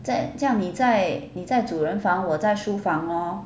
在这样你在你在主人房我在书房 lor